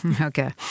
Okay